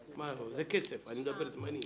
זה כסף, אני מדבר מבחינת זמנים.